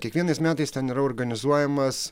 kiekvienais metais ten yra organizuojamas